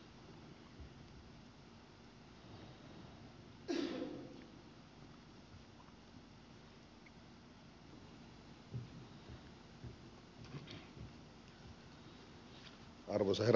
arvoisa herra puhemies